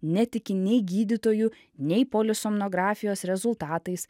netiki nei gydytojų nei polisomnografijos rezultatais